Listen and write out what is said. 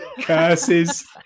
Curses